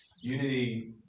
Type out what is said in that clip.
Unity